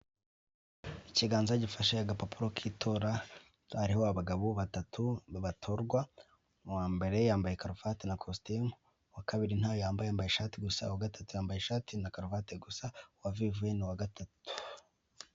Ikiganza gifashe agapapuro k'itora hariho abagabo batatu batorwa, uwambere yambaye karuvati na kositimu, uwa kabiri ntayo yambaye yambaye ishati gusa, uwa gatatu yambaye ishati na karuvati gusa uwa vivuwe ni uwa gatatu.